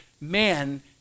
man